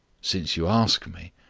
since you ask me,